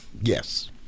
Yes